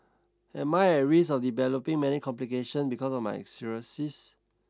am I at risk of developing many complications because of my cirrhosis